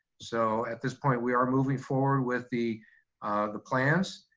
so at this point we are moving forward with the the plans,